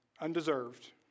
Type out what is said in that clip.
undeserved